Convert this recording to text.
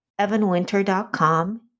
evanwinter.com